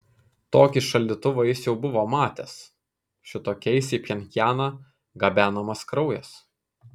tokį šaldytuvą jis jau buvo matęs šitokiais į pchenjaną gabenamas kraujas